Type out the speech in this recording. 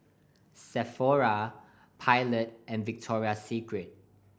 Sephora Pilot and Victoria Secret